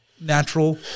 natural